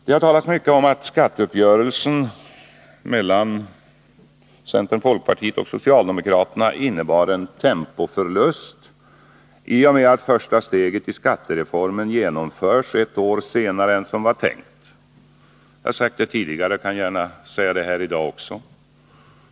Det har talats mycket om att skatteuppgörelsen mellan centerpartiet, folkpartiet och socialdemokraterna innebär en tempoförlust, i och med att första steget i skattereformen genomförs ett år senare än vad som var tänkt. Jag har sagt det tidigare och kan gärna säga det också här i dag.